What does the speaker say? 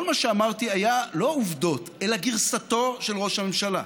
כל מה שאמרתי היה לא עובדות אלא גרסתו של ראש הממשלה.